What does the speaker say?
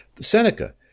Seneca